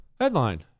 Headline